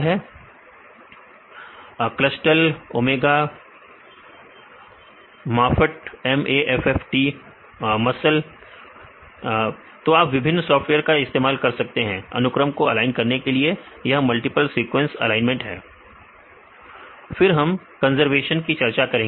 विद्यार्थी Clustal Omega Clustal Clustal Omega विद्यार्थी MAFFT फिर माफट मसल विद्यार्थी मसल सही है तो आप विभिन्न सॉफ्टवेयर का इस्तेमाल कर सकते हैं अनुक्रम को ऑलाइन करने के लिए यह मल्टीपल सीक्वेंस एलाइनमेंट फिर हम कंजर्वशन की चर्चा करेंगे